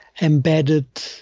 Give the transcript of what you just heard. embedded